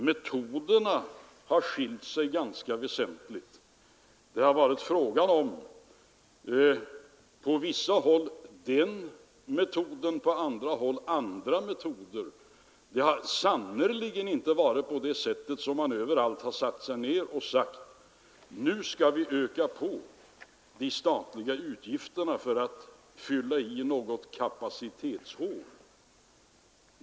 Metoderna har skilt sig ganska väsentligt. Det har på vissa håll varit fråga om en metod, på andra håll om andra metoder. Det har sannerligen inte varit så att man överallt har satt sig ned och sagt att nu skall vi öka på de statliga utgifterna för att fylla i något kapacitetshål.